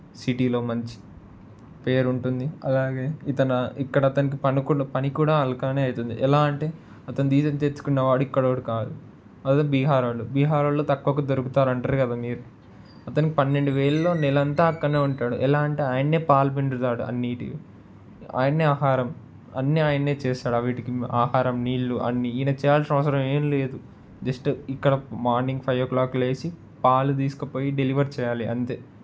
సిటీలో మంచి పేరు ఉంటుంది అలాగే ఇతను ఇక్కడ అతనికి అనుకున్న పని కూడా అల్కానే అవుతుంది ఎలా అంటే అతను తెచ్చుకున్న వాడు ఇక్కడోడు కాడు అతను బీహార్ వాడు బీహార్ వాళ్ళు తక్కువకి దొరుకుతారు అంటారు కదా మీరు అతనికి పన్నెండు వేలులో నెల అంతా అక్కడనే ఉంటాడు ఎలా అంటే ఆయనే పాలు పిండుతాడు అన్ని నీట్గా ఆయనే ఆహారం అన్ని ఆయనే చేస్తాడు అవిటికి ఆహారం నీళ్లు అన్ని ఈయన చేయాల్సిన అవసరం ఏం లేదు జస్ట్ ఇక్కడ మార్నింగ్ ఫైవ్ ఓ క్లాక్ లేసి పాలు తీసుకుపోయి డెలివరీ చేయాలి అంతే